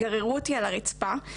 גררו אותי על הרצפה,